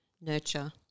nurture